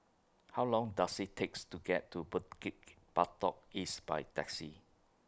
How Long Does IT takes to get to Bukit Batok East By Taxi